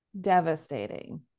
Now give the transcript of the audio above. devastating